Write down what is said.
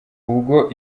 ubwo